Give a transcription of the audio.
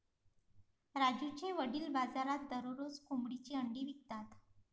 राजूचे वडील बाजारात दररोज कोंबडीची अंडी विकतात